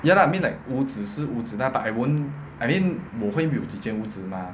ya lah I mean like 屋子是屋子 lah but I won't I mean 我会有几件屋子 mah